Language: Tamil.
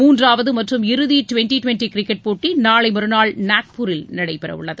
மூன்றாவது மற்றும் இறுதி டிவெண்டி டிவெண்டி கிரிக்கெட் போட்டி நாளை மறுநாள் நாக்பூரில் நடைபெறவுள்ளது